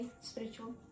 spiritual